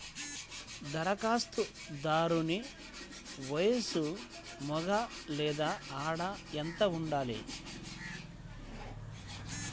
ధరఖాస్తుదారుని వయస్సు మగ లేదా ఆడ ఎంత ఉండాలి?